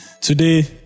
Today